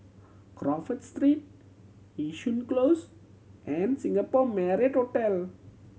Crawford Street Yishun Close and Singapore Marriott Hotel